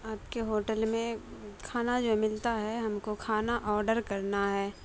آپ کے ہوٹل میں کھانا جو ملتا ہے ہم کو کھانا آڈر کرنا ہے